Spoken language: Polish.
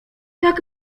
tak